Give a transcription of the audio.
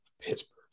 Pittsburgh